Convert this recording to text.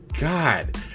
God